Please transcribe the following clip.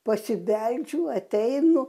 pasibeldžiu ateinu